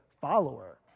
follower